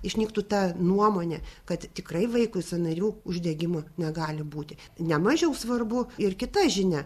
išnyktų ta nuomonė kad tikrai vaikui sąnarių uždegimo negali būti ne mažiau svarbu ir kita žinia